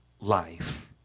life